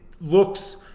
looks